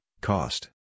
cost